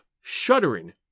shuddering